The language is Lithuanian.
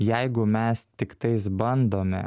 jeigu mes tiktais bandome